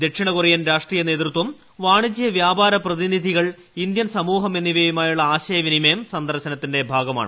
ദക്ഷിണ കൊറിയൻ രാഷ്ട്രീയ നേതൃത്വം വാണിജൃ വ്യാപാര പ്രതിനിധികൾ ഇന്ത്യൻ സമൂഹം എന്നിവയുമായുള്ള ആശയവിനിമയം സന്ദർശുനത്തിന്റെ ഭാഗമാണ്